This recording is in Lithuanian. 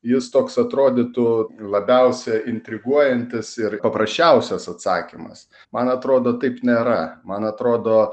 jis toks atrodytų labiausia intriguojantis ir paprasčiausias atsakymas man atrodo taip nėra man atrodo